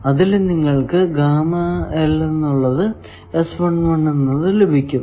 അതിലും നിങ്ങൾക്കു എന്ന് ലഭിക്കുന്നു